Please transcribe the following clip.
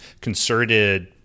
concerted